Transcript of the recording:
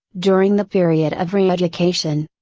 during the period of reeducation.